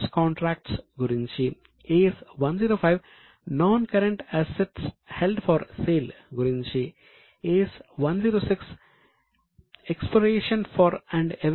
కాబట్టి ఇవి 107 నుండి 108 వరకు ప్రత్యేక ప్రమాణాలు